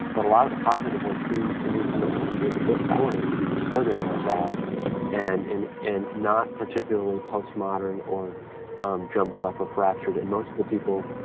but a lot of the positive ones seemed to me to misunderstand the book. i wanted it to be extraordinarily sad and and and not particularly post-modern or jumbled up or fractured and most of the people,